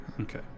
Okay